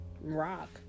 rock